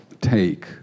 take